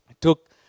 took